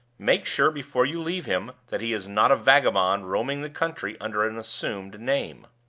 make sure before you leave him that he is not a vagabond roaming the country under an assumed name.